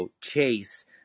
Chase